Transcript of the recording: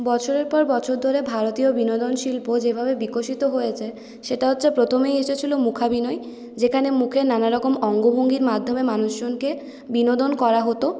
বছরের পর বছর ধরে ভারতীয় বিনোদন শিল্প যেভাবে বিকশিত হয়েছে সেটা হচ্ছে প্রথমেই এসেছিলো মূকাভিনয় যেখানে মুখের নানারকম অঙ্গভঙ্গির মাধ্যমে মানুষজনকে বিনোদন করা হতো